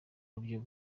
buryo